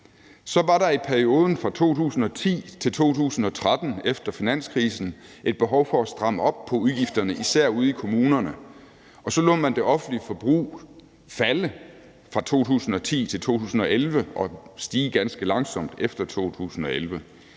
Så var der i perioden fra 2010 til 2013 efter finanskrisen et behov for at stramme op på udgifterne, især ude i kommunerne, og så lod man det offentlige forbrug falde fra 2010 til 2011 og stige ganske langsomt efter 2011.